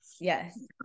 Yes